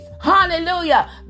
hallelujah